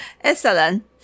Excellent